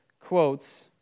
quotes